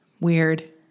Weird